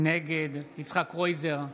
נגד יצחק קרויזר,